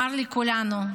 מר לכולנו,